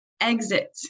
exit